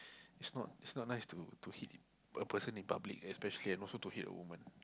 is not is not nice to to hit a person in public especially and also to hit a woman